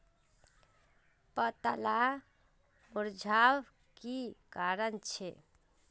पत्ताला मुरझ्वार की कारण छे?